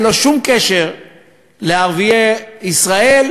ללא שום קשר לערביי ישראל,